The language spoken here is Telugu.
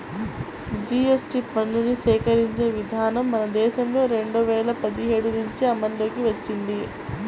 జీఎస్టీ పన్నుని సేకరించే విధానం మన దేశంలో రెండు వేల పదిహేడు నుంచి అమల్లోకి వచ్చింది